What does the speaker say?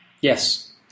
Yes